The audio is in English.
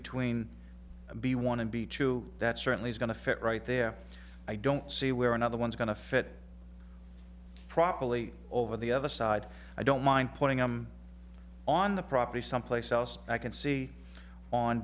between b want to be true that certainly is going to fit right there i don't see where another one's going to fit properly over the other side i don't mind putting them on the property someplace else i can see on